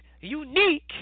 unique